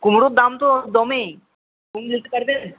কুমড়োর দাম তো দমেই দিতে পারবেন